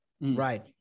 right